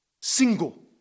single